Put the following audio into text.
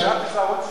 ערוץ-2,